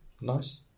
nice